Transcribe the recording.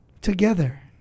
Together